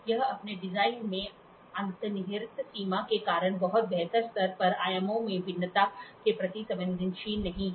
यह अपने डिजाइन में अंतर्निहित सीमा के कारण बहुत बेहतर स्तर पर आयामों में भिन्नता के प्रति संवेदनशील नहीं है